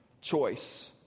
choice